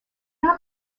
not